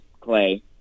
Clay